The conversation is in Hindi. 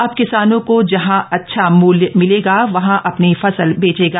अब किसान को जहां अच्छा मूल्य मिलेगा वहां अ नी फसल बेचेगा